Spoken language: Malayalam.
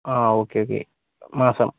ആ ഓക്കെ ഓക്കെ മാസം